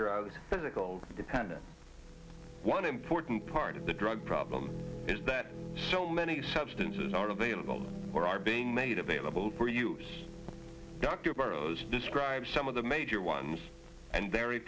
drugs physical dependence one important part of the drug problem is that so many substances are available or are being made available for use dr barros describes some of the major ones and